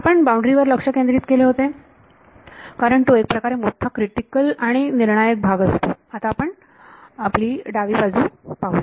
आपण बाउंड्री वर लक्ष केंद्रित केले होते कारण तो एक प्रकारे मोठा क्रिटिकल आणि निर्णायक भाग असतो आपण आता डावी बाजू पाहूया